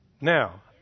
Now